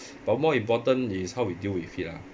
but more important is how we deal with it lah